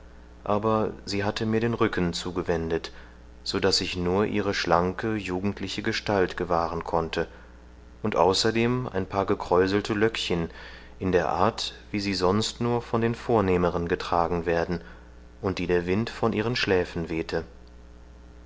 aber sie hatte mir den rücken zugewendet so daß ich nur ihre schlanke jugendliche gestalt gewahren konnte und außerdem ein paar gekräuselte löckchen in der art wie sie sonst nur von den vornehmeren getragen werden und die der wind von ihren schläfen wehte